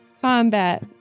combat